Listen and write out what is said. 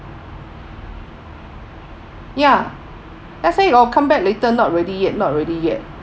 ya just say you all come back later not ready yet not ready yet